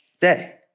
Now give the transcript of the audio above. day